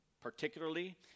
particularly